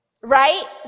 right